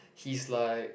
he's like